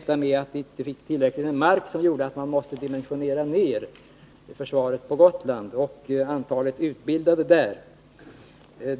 förhållandet att vi inte får tillräckligt med mark gör att vi måste dimensionera ned försvaret på Gotland och minska det antal som där utbildas.